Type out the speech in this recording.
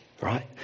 right